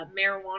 marijuana